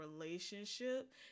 relationship